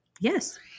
Yes